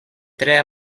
tre